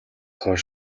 хойш